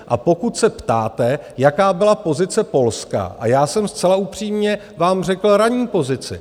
A pokud se ptáte, jaká byla pozice Polska, a já jsem zcela upřímně vám řekl ranní pozici.